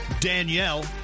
Danielle